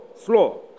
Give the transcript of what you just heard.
slow